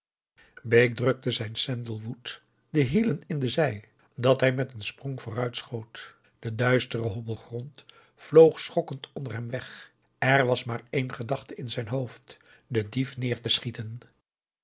bake drukte zijn sandelwood de hielen in de zij dat hij met een sprong vooruit schoot de duistere hobbelgrond vloog schokkend onder hem weg er was maar éen gedachte in zijn hoofd den dief neer te schieten